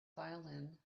violin